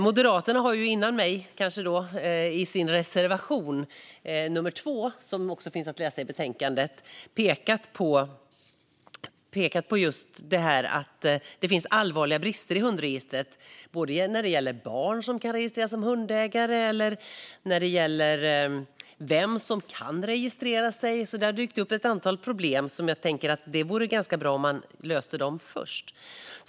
Moderaterna har före mig i sin reservation nummer 2, som också finns att läsa i betänkandet, pekat på att det finns allvarliga brister i hundregistret, när det gäller både att barn kan registreras som hundägare och vem som kan registrera sig. Där dök det alltså upp ett antal problem, och jag tänker att det vore ganska bra om man löste dem först.